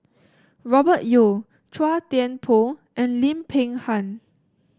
Robert Yeo Chua Thian Poh and Lim Peng Han